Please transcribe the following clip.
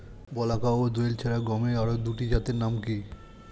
বলাকা ও দোয়েল ছাড়া গমের আরো দুটি জাতের নাম কি?